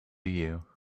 you